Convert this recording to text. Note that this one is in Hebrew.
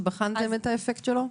שבחנתם את האפקט שלו?